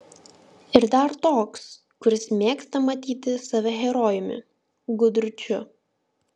ir dar toks kuris mėgsta matyti save herojumi gudručiu